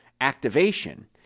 activation